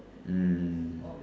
mm